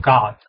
God